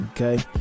okay